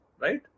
right